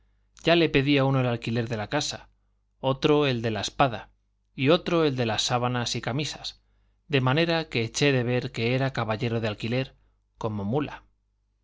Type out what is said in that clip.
ya le pedía uno el alquiler de la casa otro el de la espada y otro el de las sábanas y camisas de manera que eché de ver que era caballero de alquiler como mula